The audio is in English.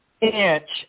inch